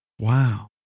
Wow